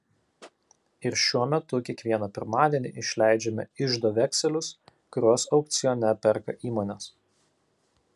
ir šiuo metu kiekvieną pirmadienį išleidžiame iždo vekselius kuriuos aukcione perka įmonės